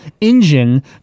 engine